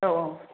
औ औ